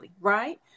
right